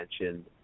mentioned